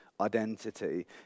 identity